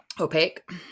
opaque